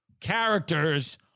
characters